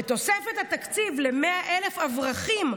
ותוספת התקציב ל-100,000 אברכים,